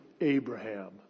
Abraham